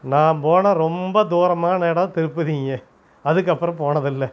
நான் போன ரொம்ப தூரமான இடம் திருப்பதிங்க அதுக்கப்புறம் போனதில்லை